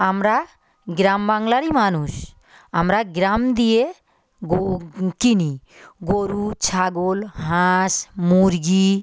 আমরা গ্রাম বাংলারই মানুষ আমরা গ্রাম দিয়ে গো কিনি গরু ছাগল হাঁস মুরগী